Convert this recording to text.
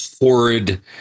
horrid